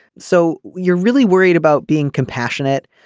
so you're really worried about being compassionate.